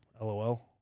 LOL